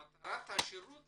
מטרת השירות